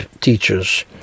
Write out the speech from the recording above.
teachers